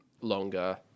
longer